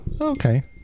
okay